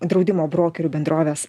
draudimo brokerių bendrovės